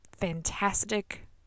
fantastic